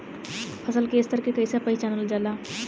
फसल के स्तर के कइसी पहचानल जाला